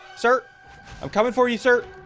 sir i'm coming for you, sir